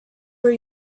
were